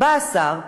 בא השר,